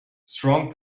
strong